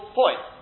point